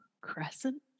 crescent